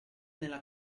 nella